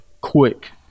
quick